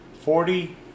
Forty